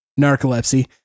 Narcolepsy